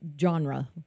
genre